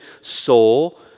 soul